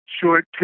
short